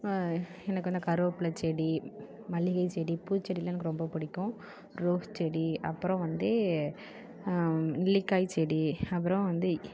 எனக்கு அந்த கருவேப்பிலை செடி மல்லிகை செடி பூச்செடிலாம் எனக்கு ரொம்ப பிடிக்கும் ரோஸ் செடி அப்பறம் வந்து நெல்லிக்காய் செடி அப்பறம் வந்து